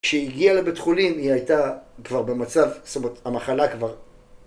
כשהגיעה לבית חולים היא הייתה כבר במצב, זאת אומרת, המחלה כבר...